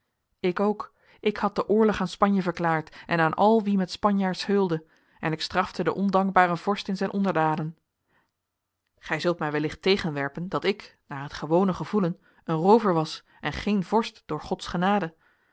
ik ook ik had den oorlog aan spanje verklaard en aan al wie met spanjaards heulde en ik strafte den ondankbaren vorst in zijn onderdanen gij zult mij wellicht tegenwerpen dat ik naar het gewone gevoelen een roover was en geen vorst door gods genade